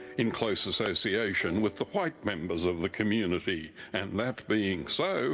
in close association with the white members of the community, and that being so,